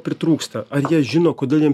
pritrūksta ar jie žino kodėl jiem